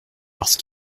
parce